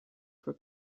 for